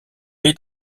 est